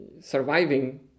surviving